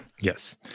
Yes